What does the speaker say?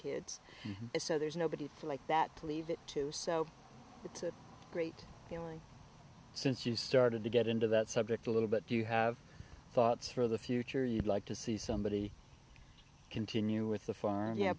kids so there's nobody like that please that too so it's a great feeling since you started to get into that subject a little but do you have thoughts for the future you'd like to see somebody continue with the farm yeah